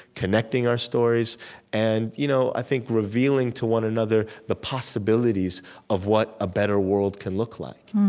connecting our stories and you know i think revealing to one another the possibilities of what a better world can look like